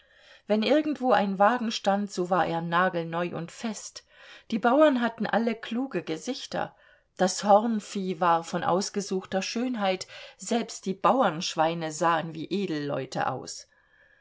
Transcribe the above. wenn irgendwo ein wagen stand so war er nagelneu und fest die bauern hatten alle kluge gesichter das hornvieh war von ausgesuchter schönheit selbst die bauernschweine sahen wie edelleute aus